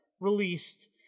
released